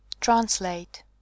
Translate